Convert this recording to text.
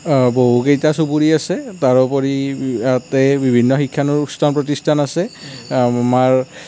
বহুকেইটা চুবুৰি আছে তাৰোপৰি ইয়াতে বিভিন্ন শিক্ষানুষ্ঠান প্ৰতিষ্ঠান আছে আমাৰ